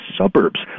suburbs